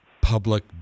public